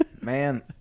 Man